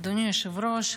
אדוני היושב-ראש,